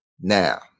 Now